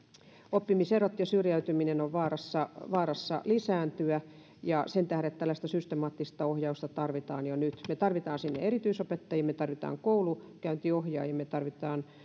oppimiserot ja syrjäytyminen ovat vaarassa lisääntyä ja sen tähden tällaista systemaattista ohjausta tarvitaan jo nyt tarvitaan erityisopettajia tarvitaan koulunkäyntiohjaajia tarvitaan